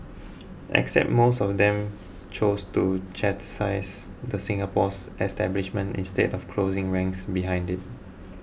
except most of them chose to chastise the Singapore's establishment instead of closing ranks behind it